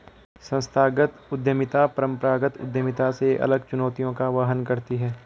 संस्थागत उद्यमिता परंपरागत उद्यमिता से अलग चुनौतियों का वहन करती है